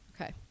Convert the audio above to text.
Okay